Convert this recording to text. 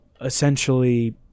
essentially